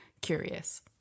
curious